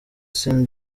sean